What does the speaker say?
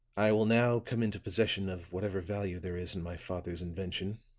i will now come into possession of whatever value there is in my father's invention,